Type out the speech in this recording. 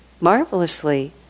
marvelously